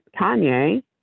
Kanye